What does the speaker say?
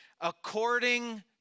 According